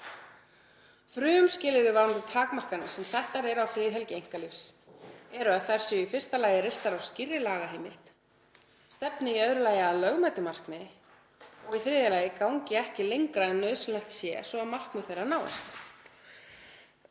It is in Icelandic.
„Frumskilyrði varðandi takmarkanir sem settar eru á friðhelgi einkalífs eru að þær séu í fyrsta lagi reistar á skýrri lagaheimild, stefni í öðru lagi að lögmætu markmiði og í þriðja lagi gangi ekki lengra en nauðsynlegt sé svo að markmið þeirra náist.“